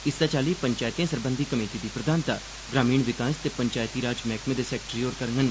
इस्सै चाली पंचैतें सरबंधी कमेटी दी प्रधानता ग्रामीण विकास ते पंचैती राज मैहकमे दे सैक्रेटरी होर करङन